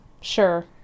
Sure